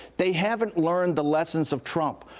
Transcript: they haven't learned the lessons of trump.